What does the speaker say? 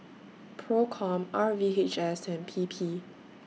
PROCOM R V H S and P P